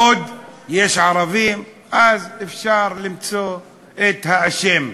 עוד יש ערבים, אז אפשר למצוא את האשם.